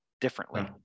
differently